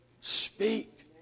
Speak